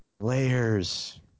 Layers